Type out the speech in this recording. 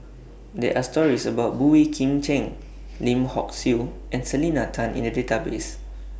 There Are stories about Boey Kim Cheng Lim Hock Siew and Selena Tan in The Database